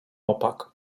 opak